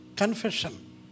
Confession